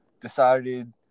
decided